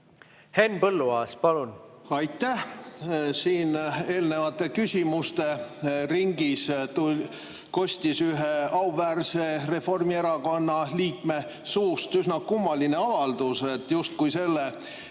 Henn Põlluaas, palun! Aitäh! Siin eelnevate küsimuste ringis kostis ühe auväärse Reformierakonna liikme suust üsna kummaline avaldus, justkui selle